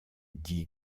dit